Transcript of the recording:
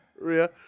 Ria